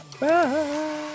bye